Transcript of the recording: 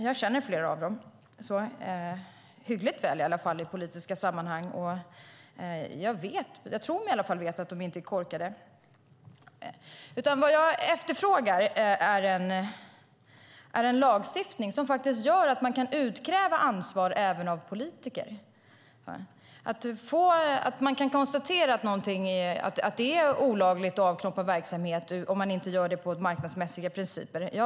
Jag känner flera av dem hyggligt väl, i alla fall i politiska sammanhang, och jag tror mig veta att de inte är korkade. Det jag efterfrågar är en lagstiftning som faktiskt gör det möjligt att utkräva ansvar även av politiker, att det kan konstateras att det är olagligt att avknoppa verksamhet om det inte görs enligt marknadsmässiga principer.